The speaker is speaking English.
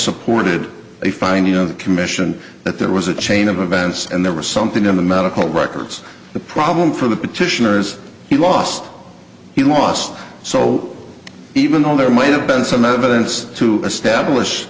supported a finding of the commission that there was a chain of events and there was something in the medical records the problem for the petitioners he lost he lost so even though there might have been some evidence to establish